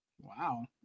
Wow